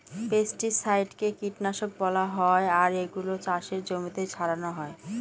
পেস্টিসাইডকে কীটনাশক বলা হয় আর এগুলা চাষের জমিতে ছড়ানো হয়